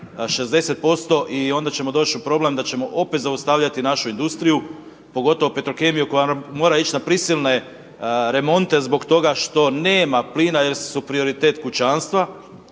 60% i onda ćemo doći u problem da ćemo opet zaustavljati našu industriju, pogotovo Petrokemiju koja mora ići na prisilne remonte zbog toga što nema plina jer su prioritet kućanstva.